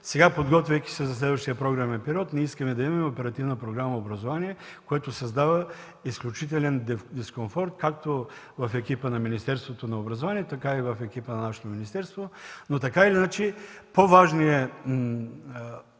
Сега, подготвяйки се със следващия програмен период, ние искаме да имаме Оперативна програма „Образование”, което създава изключителен дискомфорт както в екипа на Министерството на образованието, така и в екипа на нашето министерство, но така или иначе по-важният момент